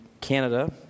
Canada